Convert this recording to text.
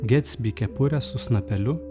getsbi kepurę su snapeliu